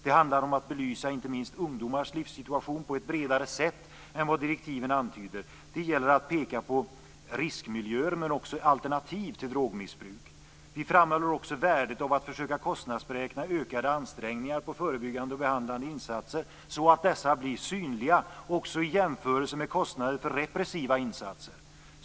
Det handlar om att belysa inte minst ungdomars livssituation på ett bredare sätt än vad direktiven antyder. Det gäller att peka på riskmiljöer men också på alternativ till drogmissbruk. Vi framhåller också värdet av att försöka kostnadsberäkna ökade ansträngningar avseende förebyggande och behandlande insatser så att dessa blir synliga, också i jämförelse med kostnader för repressiva insatser.